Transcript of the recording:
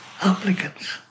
applicants